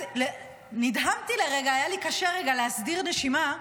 באמת נדהמתי לרגע, היה לי קשה להסדיר נשימה לרגע.